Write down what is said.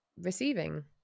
receiving